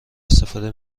استفاده